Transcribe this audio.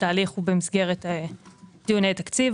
התהליך הוא במסגרת דיוני תקציב,